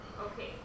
Okay